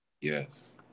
Yes